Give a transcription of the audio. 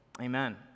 Amen